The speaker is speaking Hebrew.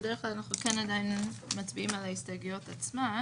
בדרך כלל אנחנו מצביעים על ההסתייגויות עצמן.